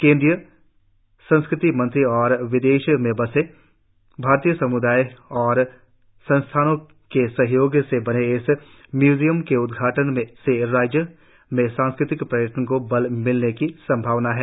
केंद्रीय संस्कृति मंत्रालय और विदेशों में बसे भारतीय सम्दाय और संस्थानों के सहयोग से बने इस म्यूजियम के उद्घाटन से राज्य में सांस्कृतिक पर्यटन को बल मिलने की संभावना है